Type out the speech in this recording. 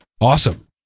awesome